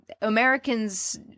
Americans